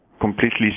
completely